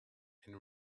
and